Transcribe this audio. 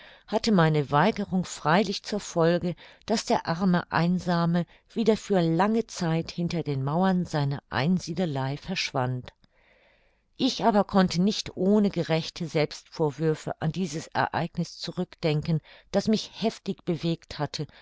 hatte meine weigerung freilich zur folge daß der arme einsame wieder für lange zeit hinter den mauern seiner einsiedelei verschwand ich aber konnte nicht ohne gerechte selbstvorwürfe an dies ereigniß zurück denken das mich heftig bewegt hatte